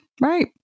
Right